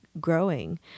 growing